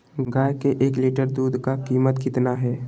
गाय के एक लीटर दूध का कीमत कितना है?